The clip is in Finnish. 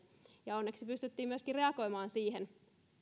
ja onneksi pystyttiin myöskin reagoimaan siihen